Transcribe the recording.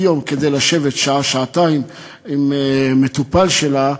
יום כדי לשבת שעה-שעתיים עם מטופל שלה,